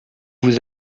vous